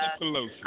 Pelosi